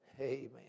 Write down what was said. Amen